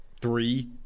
three